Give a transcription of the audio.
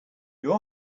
your